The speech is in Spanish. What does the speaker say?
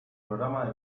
programa